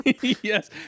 yes